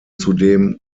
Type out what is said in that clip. zudem